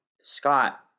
Scott